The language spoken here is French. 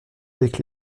avec